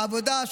העבודה,